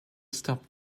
stop